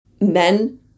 men